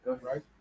right